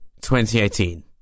2018